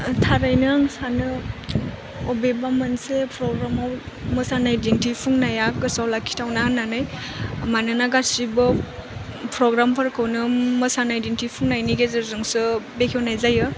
थारैनो आं सानो बबेबा मोनसे प्रग्रामाव मोसानाय दिन्थिफुंनाया गोसोआव लाखिथावना होननानै मानोना गासिबो प्रग्राम फोरखौनो मोसानाय दिन्थिफुंनायनि गेजेरजोंसो बेखेवनाय जायो